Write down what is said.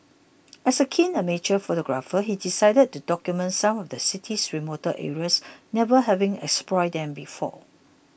as a keen amateur photographer he decided to document some of the city's remoter areas never having explored them before